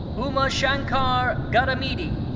umashankar gaddameedi.